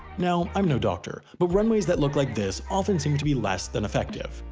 now, i'm no doctor, but runways that look like this often seem to be less than effective.